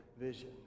vision